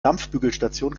dampfbügelstation